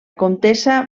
comtessa